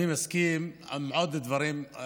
אני מסכים לעוד דברים,